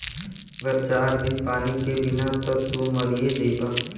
मगर चार दिन पानी के बिना त तू मरिए जइबा